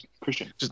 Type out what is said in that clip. Christian